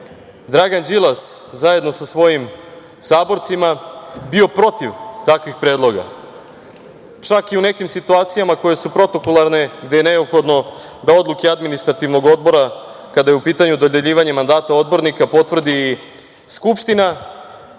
Dragan Đilas zajedno sa svojim saborcima bio protiv takvih predloga. Čak i u nekim situacijama koje su protokolarne, gde je neophodno da odluke Administrativnog odbora, kada je u pitanju dodeljivanje mandata odbornika, potvrdi i Skupština,